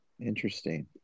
Interesting